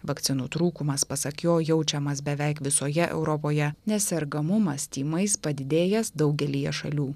vakcinų trūkumas pasak jo jaučiamas beveik visoje europoje nes sergamumas tymais padidėjęs daugelyje šalių